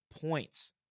points